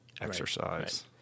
exercise